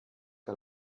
que